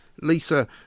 Lisa